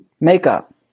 Makeup